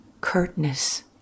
curtness